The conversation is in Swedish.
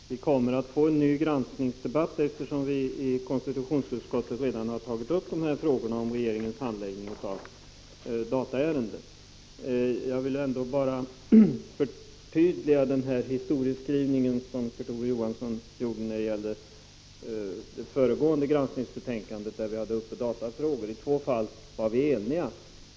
Herr talman! Vi kommer att få en ny granskningsdebatt, eftersom vi i konstitutionsutskottet redan har tagit upp frågan om regeringens handläggning av dataärenden. Jag vill förtydliga Kurt Ove Johanssons historieskrivning beträffande det föregående granskningsbetänkandet om datafrågor. I två fall var vi eniga.